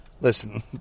Listen